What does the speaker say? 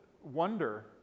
wonder